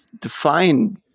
define